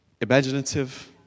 imaginative